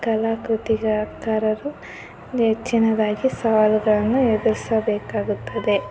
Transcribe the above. ಕಲಾಕೃತಿಕಾರರು ಹೆಚ್ಚಿನದಾಗಿ ಸವಾಲುಗಳನ್ನು ಎದುರಿಸಬೇಕಾಗುತ್ತದೆ